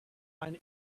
find